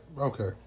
Okay